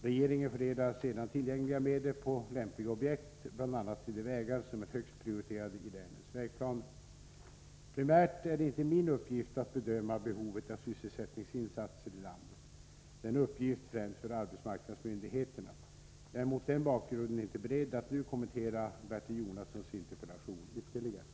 Regeringen fördelar sedan tillgängliga medel på lämpliga objekt, bl.a. till de vägar som är högst prioriterade i länens vägplaner. Primärt är det inte min uppgift att bedöma behovet av sysselsättningsinsatser i landet. Det är en uppgift främst för arbetsmarknadsmyndigheterna. Jag är mot den bakgrunden inte beredd att nu kommentera Bertil Jonassons interpellation ytterligare.